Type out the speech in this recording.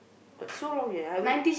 so long eh I haven't